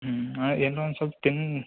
ಹ್ಞೂ ಎಲ್ಲೋ ಒಂದು ಸ್ವಲ್ಪ ತಿನ್ನು